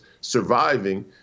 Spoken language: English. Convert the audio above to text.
surviving